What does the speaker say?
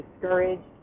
discouraged